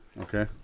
Okay